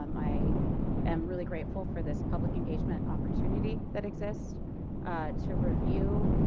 um i am really grateful for this public engagement opportunity that exists to review